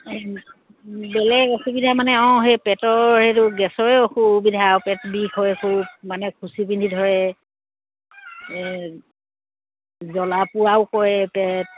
বেলেগ অসুবিধা মানে অঁ সেই পেটৰ সেইটো গেছৰে অসুবিধা আও পেট বিষ হয় স মানে খুচি বিন্ধি ধৰে জ্বলা পোৰাও কৰে পেট